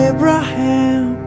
Abraham